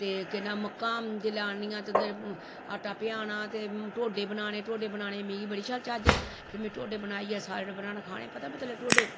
ते केह् नां मक्कां जिसलै आह्ननियां ते आटा प्याह्ना ते ढोडा बनाने ढोडे बनाने मिगी बड़ी शैल चज्ज फ्ही में ढोडे बनाइयै सारें टब्बरां ने खाने पतले पतले ढोडे